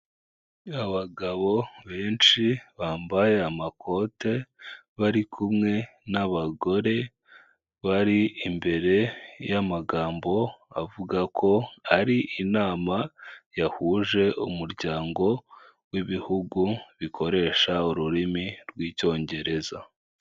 Abagabo benshi bambaye amakote, bari kumwe n'abagore bari imbere y'amagambo avuga ko hari inama yahuje umuryango w'ibihugu bikoresha ururimi rw'Icyongereza.